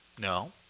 No